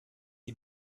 sie